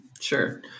Sure